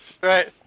right